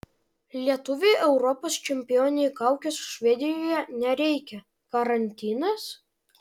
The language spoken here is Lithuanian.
lietuvei europos čempionei kaukės švedijoje nereikia karantinas